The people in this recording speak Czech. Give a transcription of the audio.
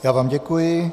Já vám děkuji.